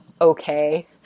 okay